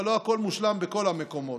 אבל לא הכול מושלם בכל המקומות.